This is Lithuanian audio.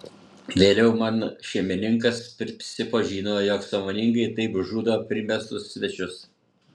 vėliau man šeimininkas prisipažino jog sąmoningai taip žudo primestus svečius